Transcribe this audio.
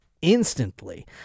instantly